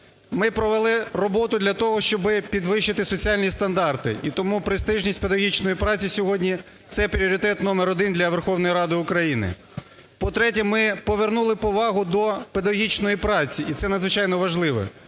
Ми провели роботу для того, щоби підвищити соціальні стандарти, і тому престижність педагогічної праці сьогодні – це пріоритет номер один для Верховної Ради України. По-третє, ми повернули повагу до педагогічної праці, і це надзвичайно важливо.